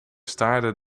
staarde